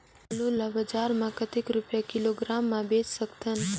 आलू ला बजार मां कतेक रुपिया किलोग्राम म बेच सकथन?